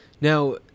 Now